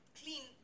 clean